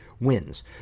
wins